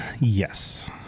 Yes